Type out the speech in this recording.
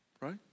Right